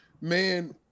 man